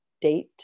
date